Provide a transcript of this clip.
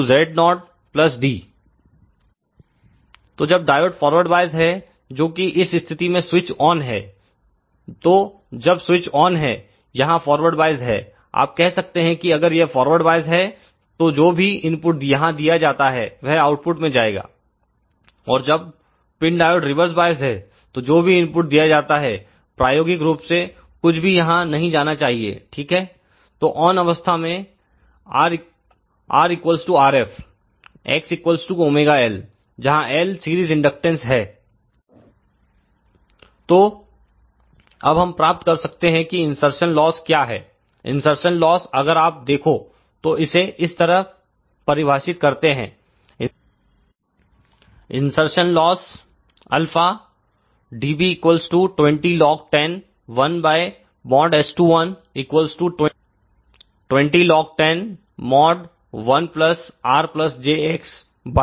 S212ABZoCZoD तो जब diode forward bias है जो कि इस स्थिति में स्विच ऑन है तो जब स्विच ऑनहै यहां फॉरवर्ड वाइस है आप कह सकते हैं कि अगर यह फॉरवर्ड वाइस है तो जो भी इनपुट यहां दिया जाता है वह आउटपुट में जाएगा और जब पिन डायोड रिवर्स वॉइस है तो जो भी इनपुट दिया जाता है प्रायोगिक रूप से कुछ भी यहां नहीं जाना चाहिए ठीक है तो ऑन अवस्था में R Rf X ωL जहां L सीरीज इंडक्टेंस है तो अब हम प्राप्त कर सकते हैं कि इनसरसन लॉस क्या है इनसरसन लॉस अगर आप देखो तो इसे इस तरह परिभाषित करते हैं इनसरसन लॉसα dB 20log101